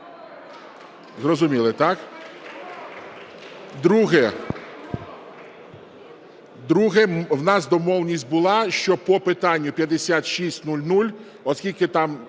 Зрозуміли, так? Друге. У нас домовленість була, що по питанню 5600, оскільки там